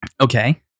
Okay